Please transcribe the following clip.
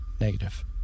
negative